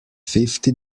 fifty